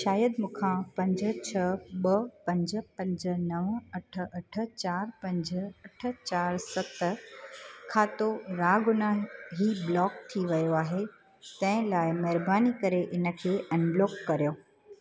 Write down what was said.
शायदि मूंखां पंज छह ॿ पंज पंज नव अठ अठ चारि पंज अठ चारि सत खातो रागुनाही ब्लॉक थी वियो आहे तंहिं लाइ महिरबानी करे इनखे अनब्लॉक करियो